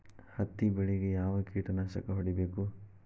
ಹತ್ತಿ ಬೆಳೇಗ್ ಯಾವ್ ಕೇಟನಾಶಕ ಹೋಡಿಬೇಕು?